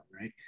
right